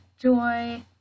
joy